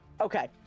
Okay